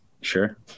Sure